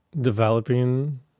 developing